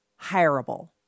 hireable